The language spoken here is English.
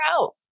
out